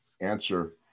answer